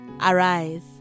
Arise